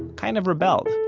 kind of rebelled.